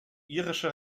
irische